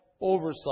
oversight